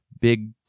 big